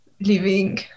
living